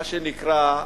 מה שנקרא,